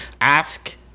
ask